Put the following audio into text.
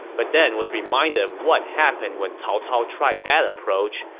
but then was reminded of what happened when cao cao tried that approach,